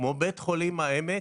כמו בית חולים העמק,